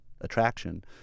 attraction